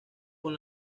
con